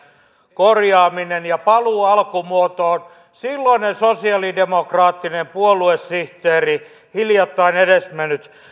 korjaaminen ja paluu alkumuotoon silloinen sosialidemokraattinen puoluesihteeri hiljattain edesmennyt